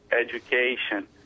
education